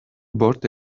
abort